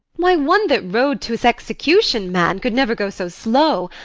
why, one that rode to's execution, man, could never go so slow.